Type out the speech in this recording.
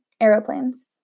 Aeroplanes